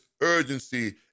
urgency